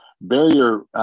Barrier